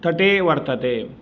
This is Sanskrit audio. तटे वर्तते